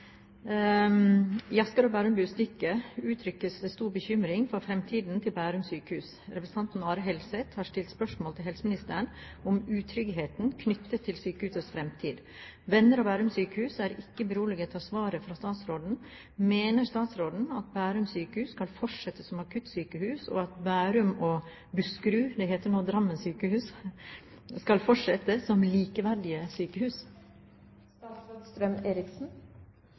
Asker og Bærums Budstikke uttrykkes det stor bekymring for fremtiden til Bærum sykehus. Representant Are Helseth har stilt spørsmål til helseministeren om utryggheten knyttet til sykehusets fremtid. Venner av Bærum sykehus er ikke beroliget av svaret fra statsråden. Mener statsråden at Bærum sykehus skal fortsette som akuttsykehus, og at Bærum og Buskerud sykehus» – det heter nå Drammen sykehus – «skal fortsette som likeverdige sykehus?»